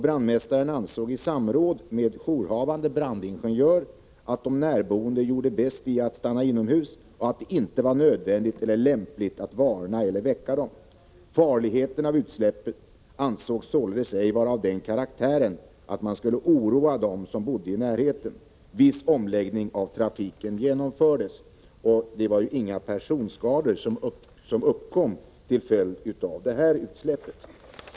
Brandmästaren ansåg, efter samråd med jourhavande brandingenjör, att de närboende gjorde bäst i att stanna inomhus och att det inte var nödvändigt eller lämpligt att varna eller väcka människorna. Farligheterna vid utsläppet ansågs således ej vara av den karaktären att man skulle oroa dem som bodde i närheten. Viss omläggning av trafiken genomfördes dock. Inga personskador uppkom till följd av det här utsläppet.